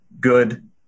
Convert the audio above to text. good